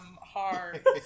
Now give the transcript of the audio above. hard